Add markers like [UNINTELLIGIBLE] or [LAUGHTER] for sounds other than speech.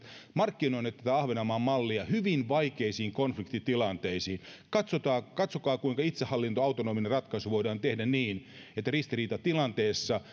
markkinoineet tätä ahvenanmaan mallia hyvin vaikeisiin konfliktitilanteisiin katsokaa kuinka itsehallinto autonominen ratkaisu voidaan tehdä niin että ristiriitatilanteessa [UNINTELLIGIBLE]